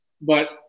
But-